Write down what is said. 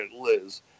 Liz